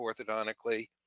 orthodontically